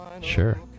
Sure